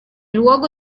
luogo